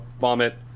vomit